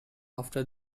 after